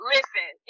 Listen